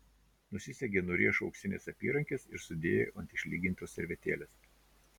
nusisegė nuo riešų auksines apyrankes ir sudėjo ant išlygintos servetėlės